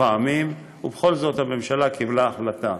זה עלה כמה פעמים ובכל זאת הממשלה קיבלה החלטה.